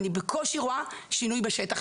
אני בקושי רואה שינוי בשטח.